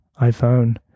iPhone